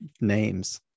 names